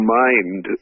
mind